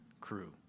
crew